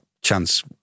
chance